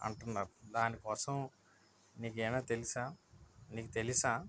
అంటున్నారు దానికోసం నీకు ఏమైనా తెలుసా నీకు తెలుసా